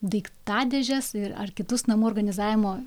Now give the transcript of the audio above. daiktadėžes e ar kitus namų organizavimo